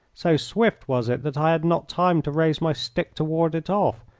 so swift was it that i had not time to raise my stick to ward it off,